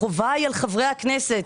החובה היא על חברי הכנסת.